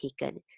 taken